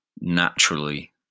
naturally